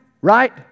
Right